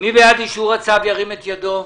מי בעד אישור הצו ירים את ידו.